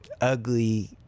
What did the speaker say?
ugly